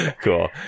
Cool